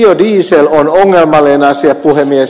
biodiesel on ongelmallinen asia puhemies